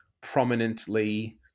prominently